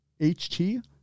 HT